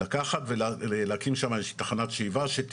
לקחת ולהקים איזו שהיא תחנת שאיבה שם,